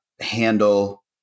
handle